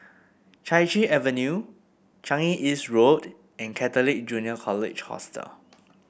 Chai Chee Avenue Changi East Road and Catholic Junior College Hostel